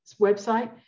website